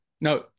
no